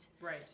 Right